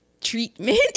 treatment